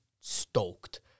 stoked